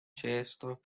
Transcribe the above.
chester